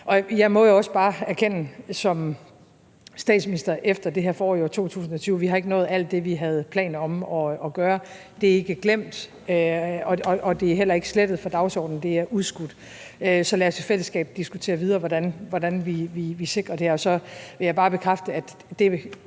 Jeg må jo også bare erkende som statsminister efter det her forår i år 2020, at vi ikke har nået alt det, vi havde planer om at gøre. Det er ikke glemt, og det er heller ikke slettet fra dagsordenen, men det er udskudt. Så lad os i fællesskab diskutere videre, hvordan vi sikrer det. Så vil jeg bare bekræfte, at det